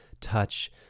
touch